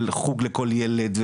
של חוג לכל ילד,